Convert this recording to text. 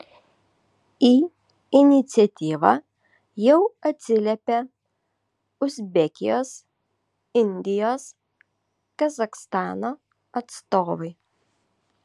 į iniciatyvą jau atsiliepė uzbekijos indijos kazachstano atstovai